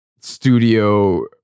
studio